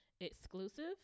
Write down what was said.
exclusive